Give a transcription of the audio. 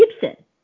Gibson